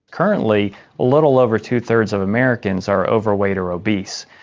currently a little over two-thirds of americans are overweight or obese.